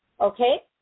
Okay